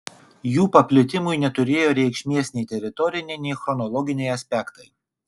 jų paplitimui neturėjo reikšmės nei teritoriniai nei chronologiniai aspektai